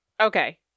Okay